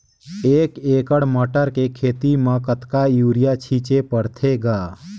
एक एकड़ मटर के खेती म कतका युरिया छीचे पढ़थे ग?